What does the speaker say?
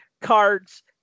cards